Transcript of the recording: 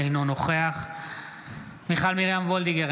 אינו נוכח מיכל מרים וולדיגר,